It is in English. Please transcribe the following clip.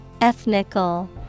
Ethnical